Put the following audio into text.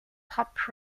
pop